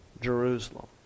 Jerusalem